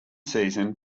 season